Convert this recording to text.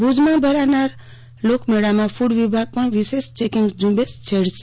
ભુજમાં ભરાનાર લોકમેળામાં કુડ વિભાગ પણ વિશેષ ચેકીંગ ઝુંબેશ છેડશે